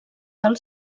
del